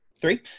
Three